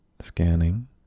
scanning